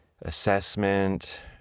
assessment